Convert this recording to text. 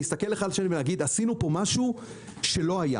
ונגיד: עשינו פה משהו שלא היה.